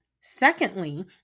Secondly